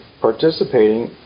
participating